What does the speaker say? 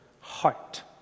heart